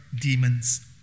demons